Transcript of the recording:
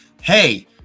hey